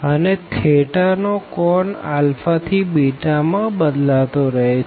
અને થેતા નો કોણ α થી β માં બદલાતો રહે છે